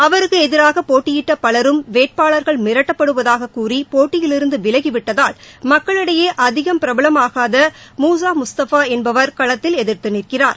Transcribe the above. அவருக்கு எதிராக போட்டியிட்ட பவரும் வேட்பாளர்கள் மிரட்டப்படுவதாக கூறி போட்டியிலிருந்து விலகி விட்டதால் மக்களிடையே அதிகம் பிரபலம் ஆகாத முசா முஸ்தபா என்பவர் களத்தில் எதிர்த்து நிற்கிறார்